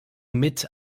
mit